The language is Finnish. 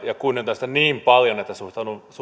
ja kunnioitan sitä niin paljon että suhtaudun